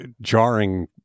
jarring